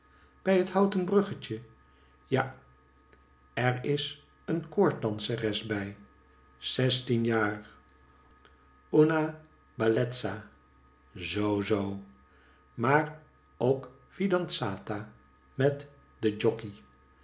bij het houten bruggetje ja er is een koorddanseres bij zestien jaar una bellezza zoo zoo maar ook fidanzata met den